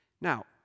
Now